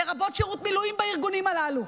לרבות שירות מילואים בארגונים הללו,